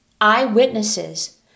Eyewitnesses